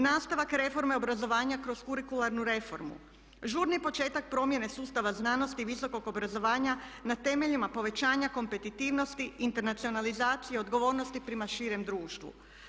Nastavak reforme obrazovanja kroz kurikularnu reformu, žurni početak promjene sustava znanosti, visokog obrazovanja na temeljima povećanja kompetitivnosti, internacionalizacije, odgovornosti prema širem društvu.